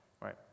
right